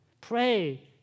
Pray